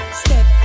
step